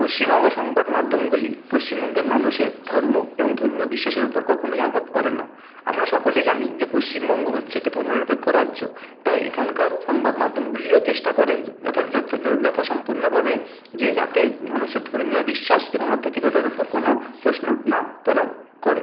পশ্চিমবঙ্গের সংবাদ মাধ্যমগুলি পশ্চিমবঙ্গের মানুষের ধর্ম এবং ধর্মীয় বিশ্বাসের ওপর কখনোই আঘাত করে না আমরা সকলেই জানি যে পশ্চিমবঙ্গ হচ্ছে একটি ধর্ম নিরপেক্ষ রাজ্য তাই এখানকার সংবাদ মাধ্যমগুলিও চেষ্টা করে যথা যথা যথাসম্পন্নভাবে যে যাতে মানুষের ধর্মীয় বিশ্বাস এবং আধ্যাত্মিকতার ওপর কোন প্রশ্ন না তোলা করে